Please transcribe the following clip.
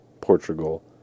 Portugal